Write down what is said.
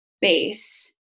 base